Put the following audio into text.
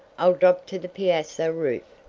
i'll drop to the piazza roof!